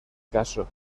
caso